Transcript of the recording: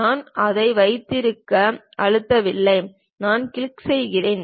நான் அதை வைத்திருக்க அழுத்தவில்லை நான் கிளிக் செய்கிறேன்